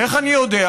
איך אני יודע?